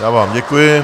Já vám děkuji.